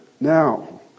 now